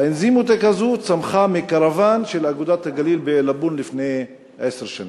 "אנזימוטק" הזו צמחה מקרוון של "אגודת הגליל" בעילבון לפני עשר שנים.